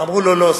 אמרו לו: לא,